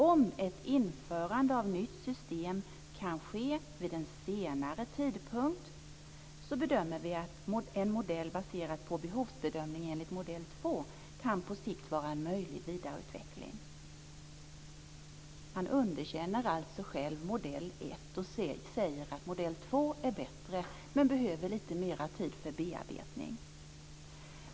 Om ett införande av nytt system kan ske vid en senare tidpunkt bedömer vi att en modell baserad på behovsbedömning enligt modell två på sikt kan vara en möjlig vidareutveckling. Man underkänner alltså själv modell ett och säger att modell två är bättre men behöver lite mer tid för bearbetning.